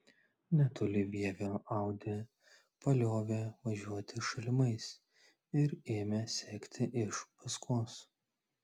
netoli vievio audi paliovė važiuoti šalimais ir ėmė sekti iš paskos